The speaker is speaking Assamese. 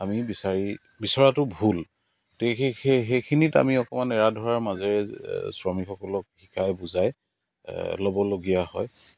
আমি বিচাৰি বিচৰাটো ভুল তে সেই হেইখিনিত আমি অকণ এৰা ধৰাৰ মাজেৰেই শ্ৰমিকসলক শিকাই বুজাই ল'ব লগীয়া হয়